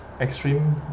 extreme